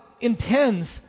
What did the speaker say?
intends